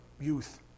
youth